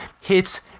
hits